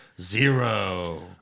Zero